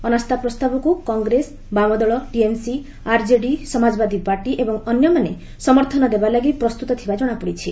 ଅନାସ୍ଥା ପ୍ରସ୍ତାବକୁ କଗ୍ରେସ ବାମଦଳ ଟିଏମ୍ସି ଆର୍ଜେଡି ସମାଜବାଦୀପାର୍ଟି ଏବଂ ଅନ୍ୟମାନେ ସମର୍ଥନ ଦେବା ଲାଗି ପ୍ରସ୍ତୁତ ଥିବା କ୍ଷଣାପଡ଼ିଛି